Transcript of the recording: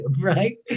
right